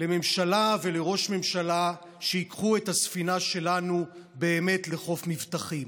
לממשלה ולראש ממשלה שבאמת ייקחו את הספינה שלנו לחוף מבטחים.